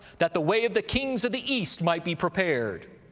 that the way of the kings of the east might be prepared.